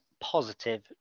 positive